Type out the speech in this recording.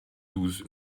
douze